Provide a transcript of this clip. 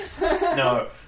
No